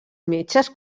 metges